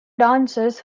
dancers